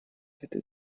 hätten